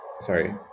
Sorry